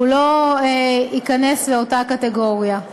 הוא לא ייכנס לאותה קטגוריה.